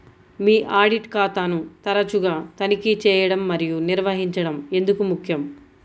మీ audit ఖాతాను తరచుగా తనిఖీ చేయడం మరియు నిర్వహించడం ఎందుకు ముఖ్యం?